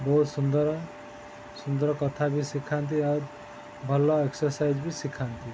ବହୁତ ସୁନ୍ଦର ସୁନ୍ଦର କଥା ବି ଶିଖାନ୍ତି ଆଉ ଭଲ ଏକ୍ସରସାଇଜ ବି ଶିଖାନ୍ତି